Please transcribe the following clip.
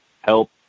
help